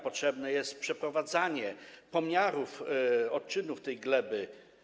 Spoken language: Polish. Potrzebne jest przeprowadzanie pomiarów odczynów tej gleby.